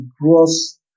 gross